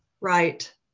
Right